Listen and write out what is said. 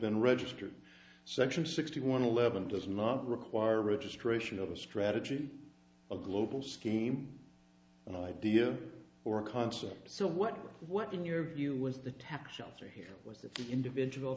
been registered section sixty one eleven does not require registration of a strategy a global scheme an idea or concept so what what in your view was the tax shelter here was the individual